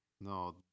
No